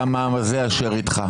גם העם הזה אשר איתך.